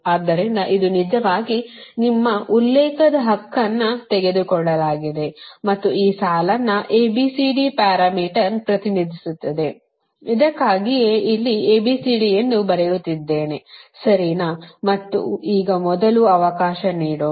ಆದ್ದರಿಂದ ಇದು ನಿಜವಾಗಿ ನಿಮ್ಮ ಉಲ್ಲೇಖದ ಹಕ್ಕನ್ನು ತೆಗೆದುಕೊಳ್ಳಲಾಗಿದೆ ಮತ್ತು ಈ ಸಾಲನ್ನು A B C D parameter ಪ್ರತಿನಿಧಿಸುತ್ತದೆ ಅದಕ್ಕಾಗಿಯೇ ಇಲ್ಲಿ A B C D ಎಂದು ಬರೆಯುತ್ತಿದ್ದೇನೆ ಸರಿನಾ ಮತ್ತು ಈಗ ಮೊದಲು ಅವಕಾಶ ನೀಡೋಣ